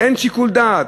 אין שיקול דעת,